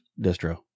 distro